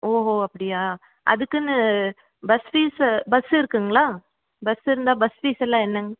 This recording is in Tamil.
ஓஹோ அப்படியா அதுக்குன்னு பஸ் ஃபீஸு பஸ் இருக்குங்களா பஸ் இருந்தா பஸ் ஃபீஸெல்லாம் என்னங்க